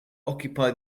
occupy